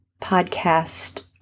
podcast